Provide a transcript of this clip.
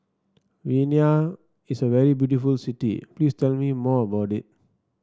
Vienna is a very beautiful city Please tell me more about it